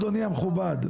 אדוני המכובד.